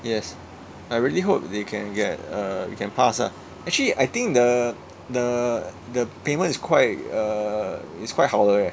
yes I really hope they can get uh we can pass ah actually I think the the the payment is quite err it's quite 好的 leh